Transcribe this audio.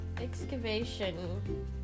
excavation